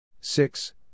six